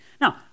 Now